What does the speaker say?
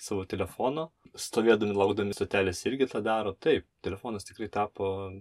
savo telefono stovėdami laukdami stotelėse irgi tą daro taip telefonas tikrai tapo